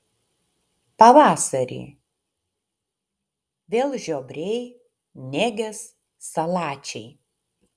pavasarį vėl žiobriai nėgės salačiai